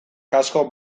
kasko